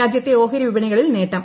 രാജ്യത്തെ ഓഹരി വിപണികളിൽ നേട്ടം